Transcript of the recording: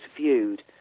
viewed